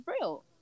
real